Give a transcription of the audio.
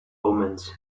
omens